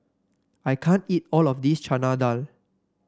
I can't eat all of this Chana Dal